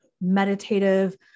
meditative